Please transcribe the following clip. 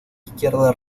izquierda